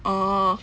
orh